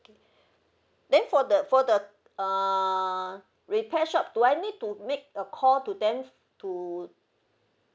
then for the for the uh repair shop do I need to make a call to them to